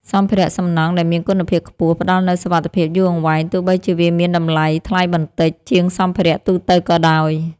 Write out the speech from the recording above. សម្ភារៈសំណង់ដែលមានគុណភាពខ្ពស់ផ្តល់នូវសុវត្ថិភាពយូរអង្វែងទោះបីជាវាមានតម្លៃថ្លៃបន្តិចជាងសម្ភារៈទូទៅក៏ដោយ។